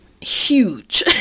Huge